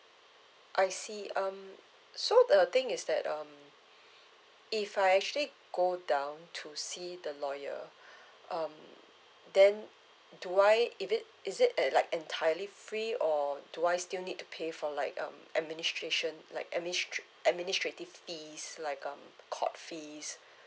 I see um so the thing is that um if I actually go down to see the lawyer um then do I if it is it at like entirely free or do I still need to pay for like um administration like administra~ administrative fees like um court fees